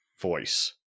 voice